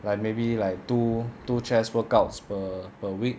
like maybe like two two chest workouts per per week